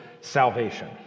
salvation